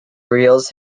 reveals